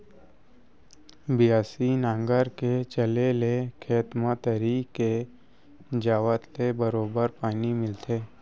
बियासी नांगर के चले ले खेत म तरी के जावत ले बरोबर पानी मिलथे